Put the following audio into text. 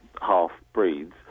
half-breeds